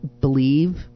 believe